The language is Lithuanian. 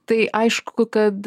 tai aišku kad